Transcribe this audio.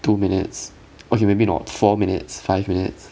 two minutes okay maybe not four minutes five minutes